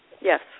Yes